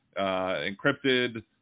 encrypted